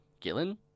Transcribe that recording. Gillen